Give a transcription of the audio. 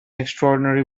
extraordinary